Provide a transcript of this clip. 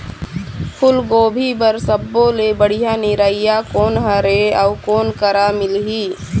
फूलगोभी बर सब्बो ले बढ़िया निरैया कोन हर ये अउ कोन करा मिलही?